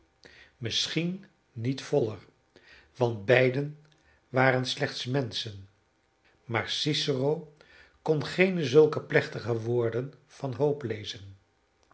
tom misschien niet voller want beiden waren slechts menschen maar cicero kon geene zulke plechtige woorden van hoop lezen